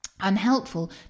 unhelpful